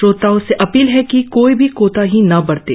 श्रोताओं से अपील है कि कोई भी कोताही न बरतें